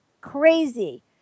crazy